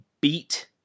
beat